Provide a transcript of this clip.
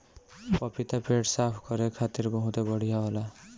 पपीता पेट साफ़ करे खातिर बहुते बढ़िया होला